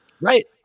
right